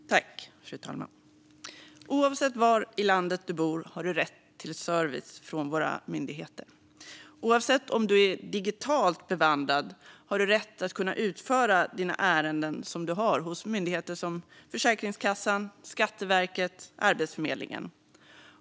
Fru talman! Oavsett var i landet du bor har du rätt till service från våra myndigheter. Oavsett om du är digitalt bevandrad eller inte har du rätt att kunna utföra dina ärenden hos myndigheter som Försäkringskassan, Skatteverket och Arbetsförmedlingen.